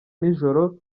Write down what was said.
nijoro